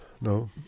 No